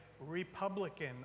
Republican